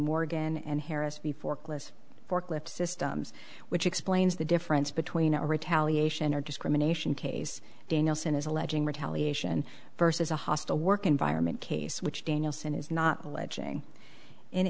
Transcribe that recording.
morgan and harris v forklifts forklifts systems which explains the difference between a retaliation or discrimination case danielson is alleging retaliation vs a hostile work environment case which danielson is not alleging in